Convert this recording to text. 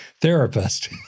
therapist